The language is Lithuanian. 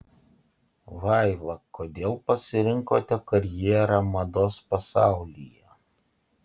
vaiva kodėl pasirinkote karjerą mados pasaulyje